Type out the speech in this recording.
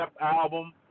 album